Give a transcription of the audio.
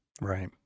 Right